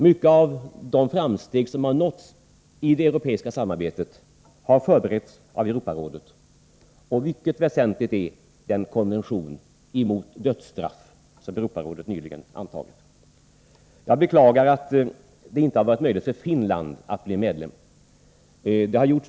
Många av de framsteg som har nåtts i det europeiska samarbetet har förberetts av Europarådet, och mycket väsentlig är den konvention mot dödsstraff som Europarådet nyligen har antagit. Jag beklagar att det inte har varit möjligt för Finland att bli medlem.